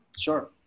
Sure